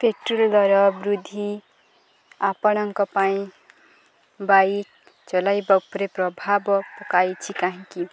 petrol ଦର ବୃଦ୍ଧି ଆପଣଙ୍କ ପାଇଁ ବାଇକ୍ ଚଲାଇବା ଉପରେ ପ୍ରଭାବ ପକାଇଛି କାହିଁକି